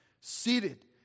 Seated